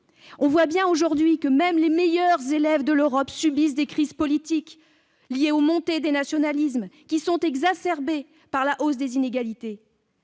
le voit bien, même les meilleurs élèves de l'Europe subissent des crises politiques liées aux montées des nationalismes, lesquels sont exacerbés par la hausse des inégalités.